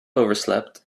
overslept